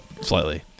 Slightly